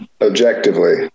Objectively